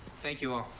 thank you all.